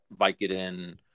Vicodin